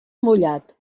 mullat